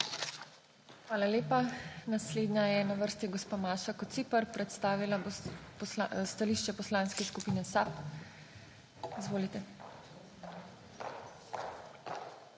Hvala lepa. Naslednja je na vrsti gospa Maša Kociper, predstavila bo stališče Poslanke skupine SAB. Izvolite.